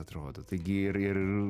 atrodo taigi ir ir